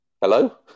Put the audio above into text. Hello